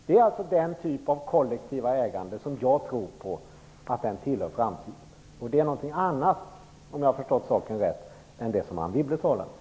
Det är den typ av kollektivt ägande som jag tror tillhör framtiden. Det är något annat än det som Anne Wibble talar om.